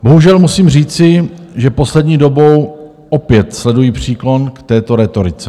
Bohužel musím říci, že poslední dobou opět sleduji příklon k této rétorice.